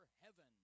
heaven